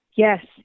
Yes